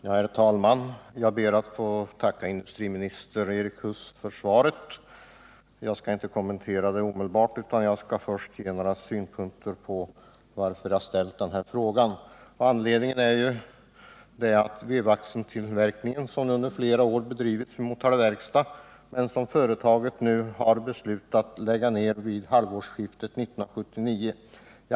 Herr talman! Jag ber att få tacka industriministern Erik Huss för svaret. Jag skall inte kommentera det omedelbart, utan jag skall först ge några synpunkter på varför jag har ställt frågan. Anledningen till frågan är vevaxeltillverkningen som sedan flera år har bedrivits vid Motala Verkstad men som företaget nu beslutat lägga ned vid halvårsskiftet 1979.